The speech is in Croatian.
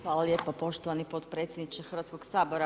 Hvala lijepo poštovani potpredsjedniče Hrvatskog Sabora.